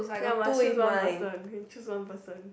ya must choose one person can choose one person